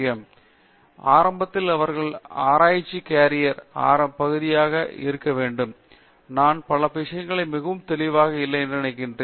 இப்போது ஆரம்பத்தில் அவர்களின் ஆராய்ச்சி கேரியரின் ஆரம்ப பகுதியாக இருக்க வேண்டும் நான் பல விஷயங்கள் மிகவும் தெளிவாக இல்லை என்று நினைக்கிறேன்